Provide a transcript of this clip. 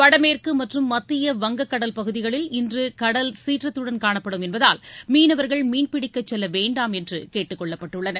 வடமேற்கு மற்றும் மத்திய வங்கக்கடல் பகுதிகளில் இன்று கடல்சீற்றத்துடன் காணப்படும் என்பதால் மீனவர்கள் மீன் பிடிக்கச் செல்ல வேண்டாம் என்று கேட்டுக்கொள்ளப்பட்டுள்ளனர்